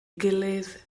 gilydd